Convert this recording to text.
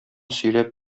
сөйләп